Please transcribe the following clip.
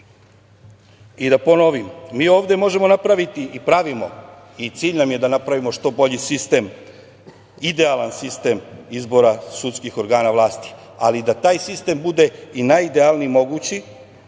i da ponovim. Mi ovde možemo napraviti i pravimo i cilj nam je da napravimo što bolji sistem, idealan sistem izbora sudskih organa vlasti, ali da taj sistem bude i najidealniji mogući